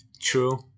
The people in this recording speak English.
True